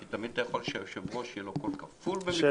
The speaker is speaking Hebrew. כי תמיד אתה יכול שליושב-ראש יהיה קול כפול במקרה של שוויון.